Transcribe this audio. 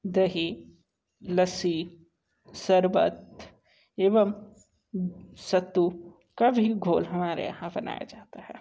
दही लस्सी शरबत एवं सत्तू का भी घोल हमारे यहाँ बनाया जाता है